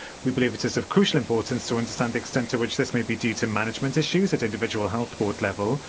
we believe it is of crucial importance to understand the extent to which this may be due to management issues at individual health board level,